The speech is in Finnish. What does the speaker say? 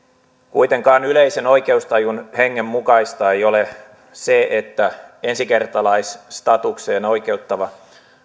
kuitenkaan yleisen oikeustajun hengen mukaista ei ole se että ensikertalaisstatukseen oikeuttava